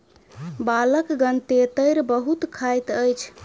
बालकगण तेतैर बहुत खाइत अछि